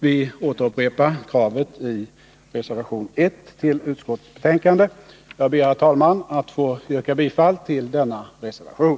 Vi återupprepar kravet i reservation 1 vid utskottets betänkande. Jag ber, herr talman, att få yrka bifall till denna reservation.